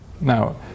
now